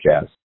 jazz